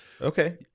Okay